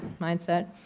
mindset